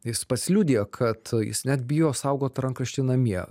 jis pats liudija kad jis net bijo saugot tą rankraštį namie